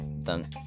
done